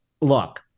Look